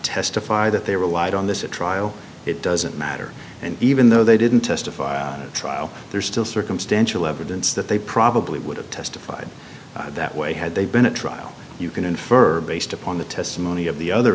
testify that they relied on this a trial it doesn't matter and even though they didn't testify at trial there's still circumstantial evidence that they probably would have testified that way had they been a trial you can infer based upon the testimony of the other